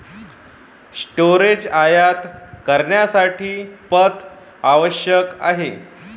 storage आयात करण्यासाठी पथ आवश्यक आहे